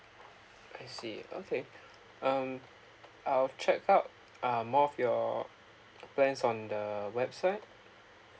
I see okay um I'll check out um more of your plans on the website